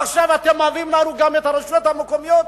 עכשיו אתם מביאים לנו גם את הרשויות המקומיות?